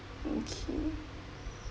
okay